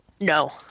No